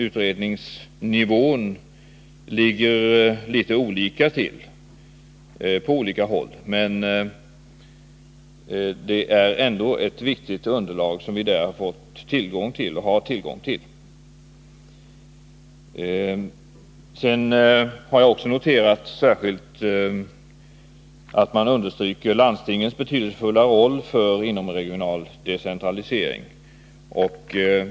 Utredningsnivån är inte densamma på alla håll, men det är ändå ett viktigt underlag som vi där har fått tillgång till. Jag har också särskilt noterat att man understryker landstingens betydelsefulla roll för inomregional decentralisering.